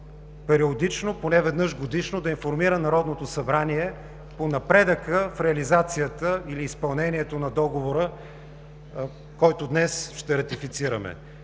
периодично, поне веднъж годишно, да информира Народното събрание по напредъка в реализацията или изпълнението на Договора, който днес ще ратифицираме.